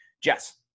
Jess